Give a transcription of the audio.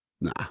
Nah